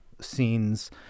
scenes